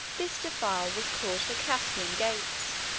this defile was called the caspian gates,